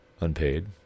unpaid